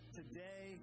today